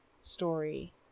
story